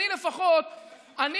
זה,